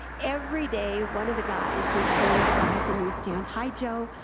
every day, one of the guys would say to the guy at the newsstand hi joe,